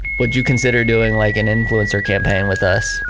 would you consider doing like an influencer campaign with us?